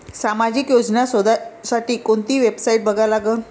सामाजिक योजना शोधासाठी कोंती वेबसाईट बघा लागन?